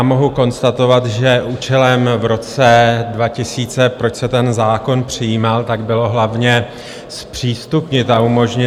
Mohu konstatovat, že účelem v roce 2000, proč se ten zákon přijímal, bylo hlavně zpřístupnit a umožnit...